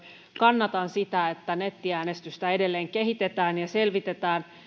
kannatan sitä että nettiäänestystä edelleen kehitetään ja selvitetään